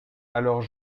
alors